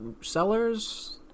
sellers